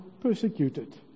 persecuted